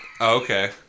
okay